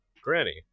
Granny